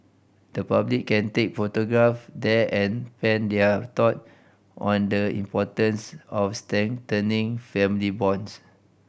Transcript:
the public can take photograph there and pen their thought on the importance of strengthening family bonds